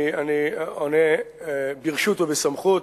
אני עונה ברשות ובסמכות.